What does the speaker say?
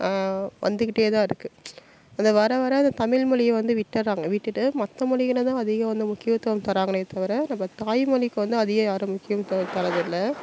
வந்துக்கிட்டே தான் இருக்குது அது வர வர அந்த தமிழ் மொழிய வந்து விட்டுடுறாங்க விட்டுட்டு மற்ற மொழிகள தான் அதிகம் வந்து முக்கியத்துவம் தர்றாங்களே தவிர நம்ம தாய்மொழிக்கு வந்து அதிகம் யாரும் முக்கியத்துவம் தர்றதில்ல